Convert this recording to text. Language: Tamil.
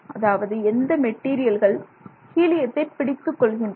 அதாவது எந்த மெட்டீரியல்கள் ஹீலியத்தை பிடித்துக் கொள்கின்றன